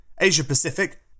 Asia-Pacific